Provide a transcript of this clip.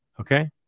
Okay